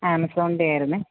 ആമസോനിന്റെ ആയിരുന്നു